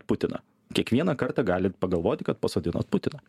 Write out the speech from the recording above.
putiną kiekvieną kartą galit pagalvoti kad pasodinot putiną